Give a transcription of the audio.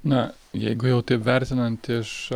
na jeigu jau taip vertinant iš